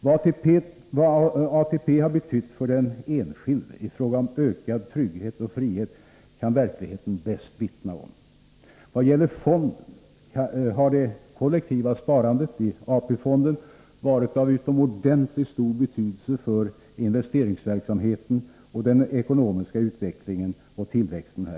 Vad ATP betytt för den enskilde i fråga om ökad trygghet och frihet kan verkligheten bäst vittna om. I vad gäller fonden har det kollektiva sparandet i AP-fonden varit av utomordentligt stor betydelse för investeringsverksamheten och den ekonomiska utvecklingen och tillväxten.